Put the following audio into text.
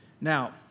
Now